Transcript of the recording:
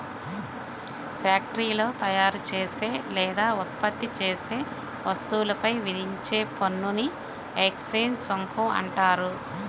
ఫ్యాక్టరీలో తయారుచేసే లేదా ఉత్పత్తి చేసే వస్తువులపై విధించే పన్నుని ఎక్సైజ్ సుంకం అంటారు